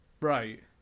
Right